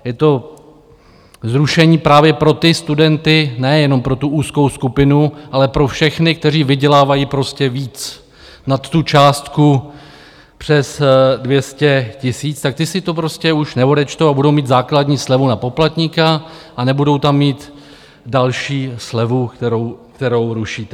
Je to zrušení právě pro ty studenty, nejenom pro tu úzkou skupinu, ale pro všechny, kteří vydělávají prostě víc nad tu částku přes 200 tisíc, tak ti si to prostě už neodečtou a budou mít základní slevu na poplatníka a nebudou tam mít další slevu, kterou rušíte.